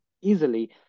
easily